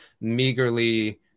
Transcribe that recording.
meagerly